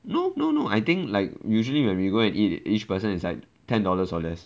no no no I think like usually when we go and eat each person is like ten dollars or less